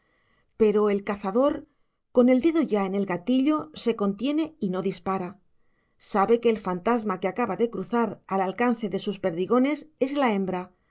pero el cazador con el dedo ya en el gatillo se contiene y no dispara sabe que el fantasma que acaba de cruzar al alcance de sus perdigones es la hembra